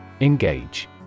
Engage